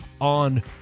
on